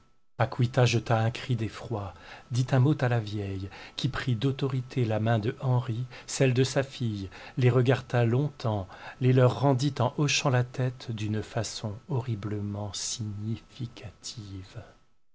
en souriant paquita jeta un cri d'effroi dit un mot à la vieille qui prit d'autorité la main d'henri celle de sa fille les regarda longtemps les leur rendit en hochant la tête d'une façon horriblement significative